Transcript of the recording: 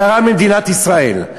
גרם למדינת ישראל.